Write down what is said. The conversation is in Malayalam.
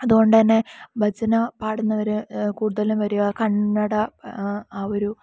അതുകൊണ്ടു തന്നെ ഭജന പാടുന്നവർ കൂടുതലും വരിക കന്നഡ ആ ഒരു